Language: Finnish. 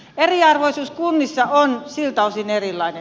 eriarvoisuus kunnissa on siltä osin erilainen